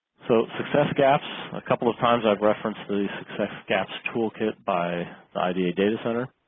so success gaps a couple of times i've referenced the success gaps toolkit by the idea data center